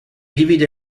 divide